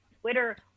twitter